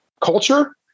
culture